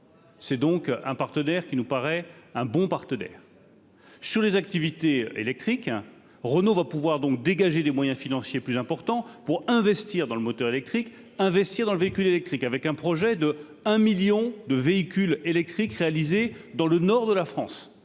c'est donc un partenaire qui nous paraît un bon partenaire sur les activités électriques hein, Renault va pouvoir donc dégager des moyens financiers plus importants pour investir dans le moteur électrique, investir dans le véhicule électrique avec un projet de 1 1000000 de véhicules électriques, réalisée dans le nord de la France,